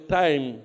time